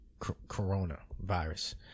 coronavirus